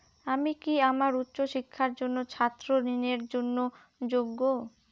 আমি কি আমার উচ্চ শিক্ষার জন্য ছাত্র ঋণের জন্য যোগ্য?